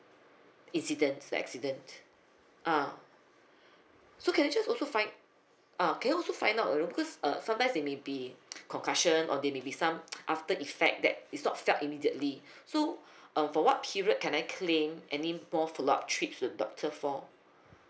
incident the accident ah so can I just also find uh can I also find out uh because uh sometimes there may be concussion or there maybe some after effect that it's not felt immediately so uh for what period can I claim any more follow up trips to the doctor for